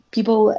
People